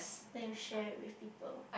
then you share it with people